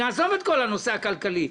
נעזוב את כל הנושא הכלכלי,